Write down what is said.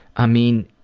i mean,